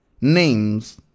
names